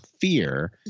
fear